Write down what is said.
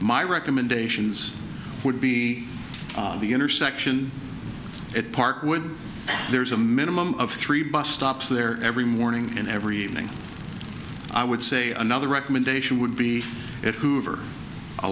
my recommendations would be the intersection at park would there's a minimum of three bus stops there every morning and every evening i would say another recommendation would be at hoover a